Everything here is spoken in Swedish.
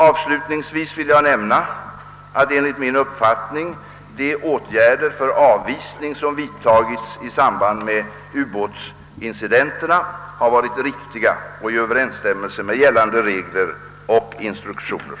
Avslutningsvis vill jag nämna, att enligt min uppfattning de åtgärder för avvisning som vidtagits i samband med ubåtsincidenterna har varit riktiga och i överensstämmelse med gällande regler och instruktioner.